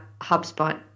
HubSpot